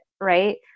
right